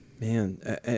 man